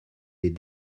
des